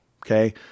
okay